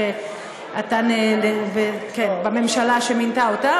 שאתה בממשלה שמינתה אותה,